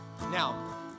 Now